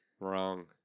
Wrong